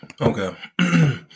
Okay